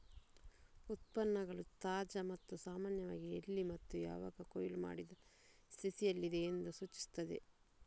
ಉತ್ಪನ್ನಗಳು ತಾಜಾ ಮತ್ತು ಸಾಮಾನ್ಯವಾಗಿ ಎಲ್ಲಿ ಮತ್ತು ಯಾವಾಗ ಕೊಯ್ಲು ಮಾಡಿದ ಸ್ಥಿತಿಯಲ್ಲಿದೆ ಎಂದು ಸೂಚಿಸುತ್ತದೆ